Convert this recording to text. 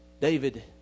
David